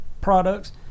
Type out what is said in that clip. products